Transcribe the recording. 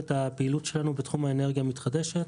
את הפעילות שלנו בתחום האנרגיה המתחדשת,